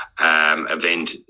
event